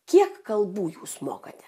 kiek kalbų jūs mokate